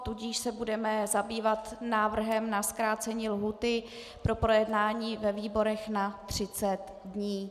Tudíž se budeme zabývat návrhem na zkrácení lhůty pro projednání ve výborech na třicet dní.